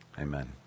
Amen